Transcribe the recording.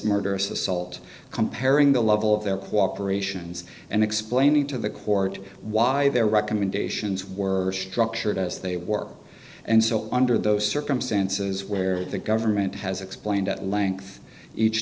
murderous assault comparing the level of their cooperations and explaining to the court why their recommendations were structured as they work and so under those circumstances where the government has explained at length each